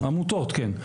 עמותות, כן.